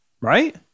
Right